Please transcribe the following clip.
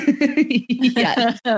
Yes